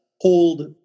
hold